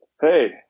Hey